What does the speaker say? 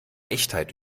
echtheit